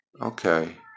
Okay